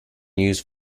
used